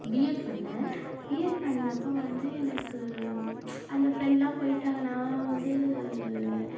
BEd பண்ணேன் B Ed பண்ணப்போ வந்து எனக்கு அந்த ஃப்ரெண்டெலாம் போயிட்டாங்க நான் வந்து